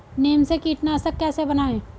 नीम से कीटनाशक कैसे बनाएं?